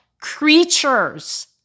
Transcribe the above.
creatures